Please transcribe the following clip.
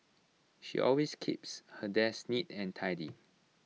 she always keeps her desk neat and tidy